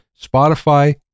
Spotify